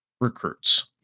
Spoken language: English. recruits